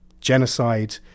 genocide